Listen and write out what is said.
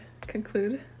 conclude